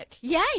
Yay